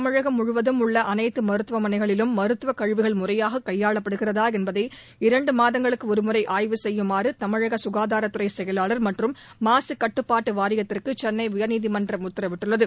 தமிழகம் முழுவதும் உள்ள அனைத்து மருத்துவமனைகளிலும் மருத்துவ கழிவுகள் முறையாக கையாளப்படுகிறதா என்பதை இரண்டு மாதங்களுக்கு ஒருமுறை ஆய்வு செய்யுமாறு தமிழக குகாதாரத் துறை செயலாளர் மற்றும் மாசு கட்டுப்பாட்டு வாரியத்திற்கு சென்னை உயர்நீதிமன்றம் உத்தரவிட்டுள்ளது